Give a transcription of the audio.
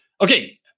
Okay